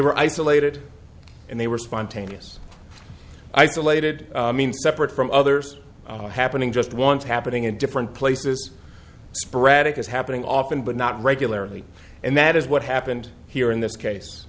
were isolated and they were spontaneous isolated separate from others happening just once happening in different places sporadic is happening often but not regularly and that is what happened here in this case